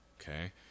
Okay